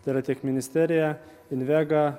tai yra tiek ministerija invega